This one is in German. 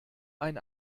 ein